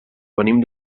venim